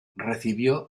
recibió